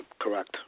correct